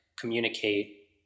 communicate